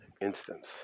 instance